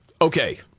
Okay